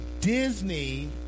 Disney